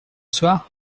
soir